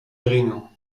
green